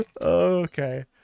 Okay